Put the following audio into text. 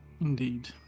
Indeed